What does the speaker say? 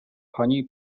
pani